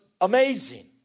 amazing